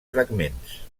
fragments